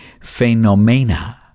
Phenomena